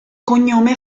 cognome